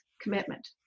commitment